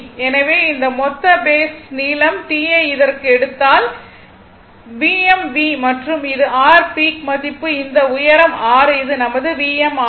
எனவே இந்த மொத்த r பேஸ் நீளம் T யை இதற்கு எடுத்தால் Vm V மற்றும் இது r பீக் மதிப்பு இந்த உயரம் r இது நமது Vm ஆகும்